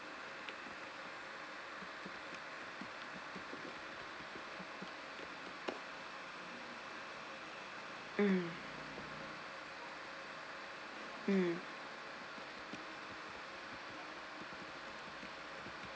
mm